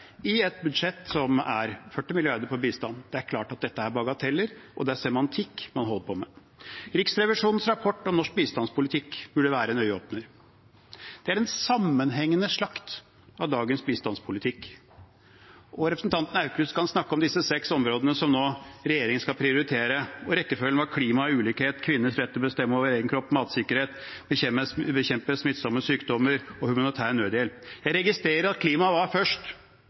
i et bistandsbudsjett på 40 mrd. kr. Det er klart at dette er bagateller, og det er semantikk man holder på med. Riksrevisjonens rapport om norsk bistandspolitikk burde være en øyeåpner. Det er en sammenhengende slakt av dagens bistandspolitikk. Representanten Aukrust kan snakke om disse seks områdene som regjeringen skal prioritere nå – og rekkefølgen var klima, ulikhet, kvinners rett til å bestemme over egen kropp, matsikkerhet, bekjempelse av smittsomme sykdommer, og humanitær nødhjelp. Jeg registrerer at klima var først,